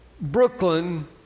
Brooklyn